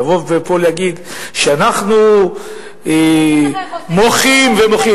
לבוא לפה ולהגיד שאנחנו מוחים ומוחים,